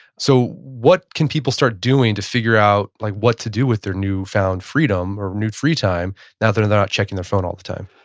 so what can people start doing to figure out like what to do with their new found freedom or new free time now that and they're not checking their phone all the time?